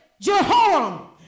Jehoram